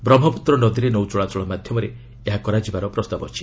ବ୍ରହ୍ମପୁତ୍ର ନଦୀରେ ନୌଚଳାଚଳ ମାଧ୍ୟମରେ ଏହା କରାଯିବାର ପ୍ରସ୍ତାବ ରହିଛି